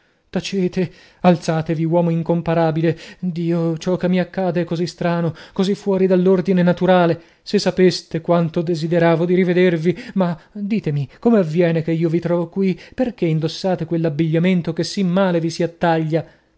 tacete alzatevi uomo incomparabile dio ciò che mi accade è così strano così fuori dell'ordine naturale se sapeste quanto desideravo di rivedervi ma ditemi come avviene che io vi trovo qui perchè indossate quell'abbigliamento che sì male vi si attaglia